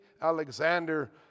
Alexander